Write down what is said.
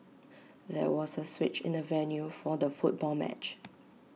there was A switch in the venue for the football match